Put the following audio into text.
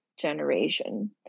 generation